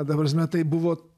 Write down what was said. ta prasme tai buvo